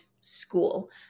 school